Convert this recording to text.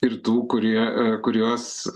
ir tų kurie kuriuos